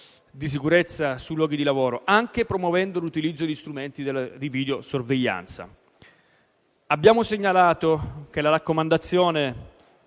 di sicurezza sui luoghi di lavoro, anche promuovendo l'utilizzo di strumenti di videosorveglianza. Abbiamo segnalato che la raccomandazione